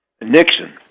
Nixon